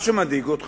מה שמדאיג אותך,